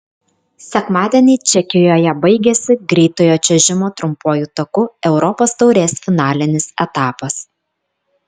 sekmadienį čekijoje baigėsi greitojo čiuožimo trumpuoju taku europos taurės finalinis etapas